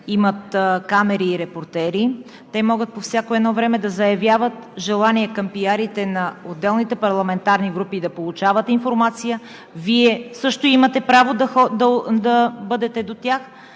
имат камери и репортери. Те могат по всяко едно време да заявяват желание към пиарите на отделните парламентарни групи да получават информация. Вие също имате право да бъдете до тях